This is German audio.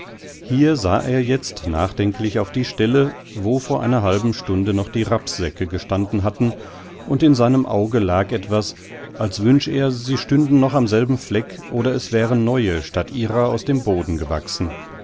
hier sah er jetzt nachdenklich auf die stelle wo vor einer halben stunde noch die rapssäcke gestanden hatten und in seinem auge lag etwas als wünsch er sie stünden noch am selben fleck oder es wären neue statt ihrer aus dem boden gewachsen